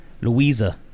Louisa